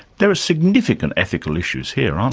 there are significant ethical issues here, aren't